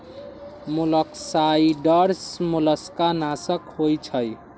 मोलॉक्साइड्स मोलस्का नाशक होइ छइ